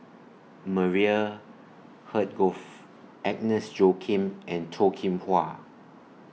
Maria Hertogh Agnes Joaquim and Toh Kim Hwa